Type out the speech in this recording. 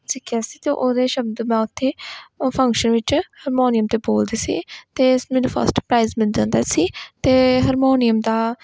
ਸਿੱਖਿਆ ਸੀ ਅਤੇ ਉਹਦੇ ਸ਼ਬਦ ਮੈਂ ਉੱਥੇ ਉਹ ਫੰਕਸ਼ਨ ਵਿੱਚ ਹਰਮੋਨੀਅਮ 'ਤੇ ਬੋਲਤੇ ਸੀ ਅਤੇ ਮੈਨੂੰ ਫਸਟ ਪ੍ਰਾਈਜ ਮਿਲ ਜਾਂਦਾ ਸੀ ਅਤੇ ਹਰਮੋਨੀਅਮ ਦਾ